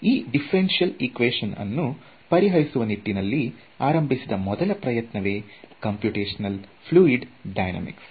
ಈ differential equation ಅನ್ನು ಪರಿಹರಿಸುವ ನಿಟ್ಟಿನಲ್ಲಿ ಆರಂಭಿಸಿದ ಮೊದಲ ಪ್ರಯತ್ನವೇ ಕಂಪ್ಯೂಟಶ್ನಲ್ ಫ್ಲೂಯಿಡ್ ಡೈನಾಮಿಕ್ಸ್